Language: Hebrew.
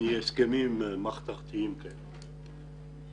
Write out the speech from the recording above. מהסכמים מחתרתיים כאלו.